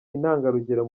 intangarugero